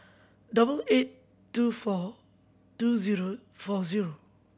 double eight two four two zero four zero